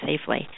safely